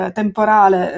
temporale